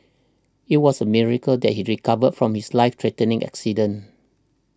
it was a miracle that he recovered from his life threatening accident